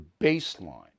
baseline